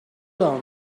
down